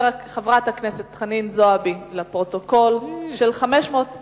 חברת הכנסת חנין זועבי שאלה את שר האוצר ביום א' בכסלו